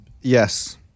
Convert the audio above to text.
Yes